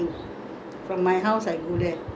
my father send me to the typewriting class